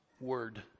word